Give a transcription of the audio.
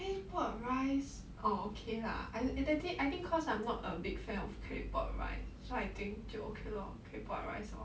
claypot rice orh okay lah I think I think cause I'm not a big fan of claypot rice so I think 就 okay lor claypot rice lor